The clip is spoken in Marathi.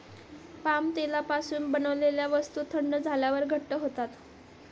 पाम तेलापासून बनवलेल्या वस्तू थंड झाल्यावर घट्ट होतात